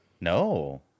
No